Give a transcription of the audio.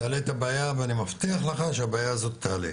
תעלה את הבעיה ואני מבטיח לך שהבעיה הזאת תעלה,